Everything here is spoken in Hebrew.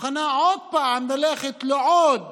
מוכנה עוד פעם ללכת לעוד